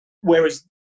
Whereas